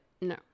no